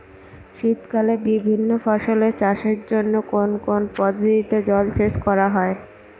শীতকালে বিভিন্ন ফসলের চাষের জন্য কোন কোন পদ্ধতিতে জলসেচ করা হয়?